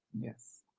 Yes